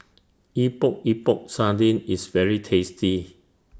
Epok Epok Sardin IS very tasty